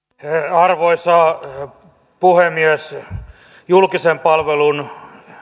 arvoisa puhemies julkisen palvelun